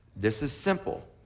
this is simple.